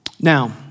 Now